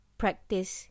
practice